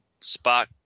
Spock